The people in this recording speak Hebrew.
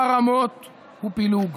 חרמות ופילוג.